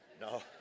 No